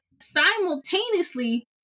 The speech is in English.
simultaneously